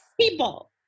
people